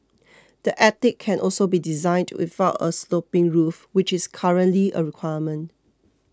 the attic can also be designed without a sloping roof which is currently a requirement